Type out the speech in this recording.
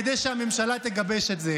כדי שהממשלה תגבש את זה.